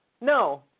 No